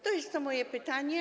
To jest moje pytanie.